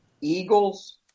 Eagles